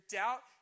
doubt